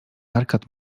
arkad